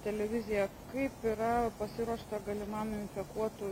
televizija kaip yra pasiruošta galimam infekuotų